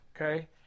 okay